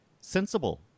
sensible